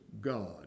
God